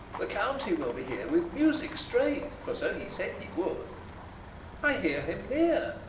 the county will be here with music straight, for so he said he would i hear him near.